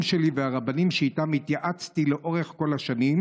שלי והרבנים שאיתם התייעצתי לאורך כל השנים,